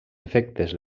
efectes